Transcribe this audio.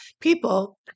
people